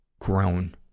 grown